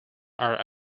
are